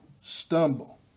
stumble